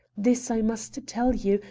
this i must tell you,